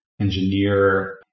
engineer